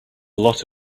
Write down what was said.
lot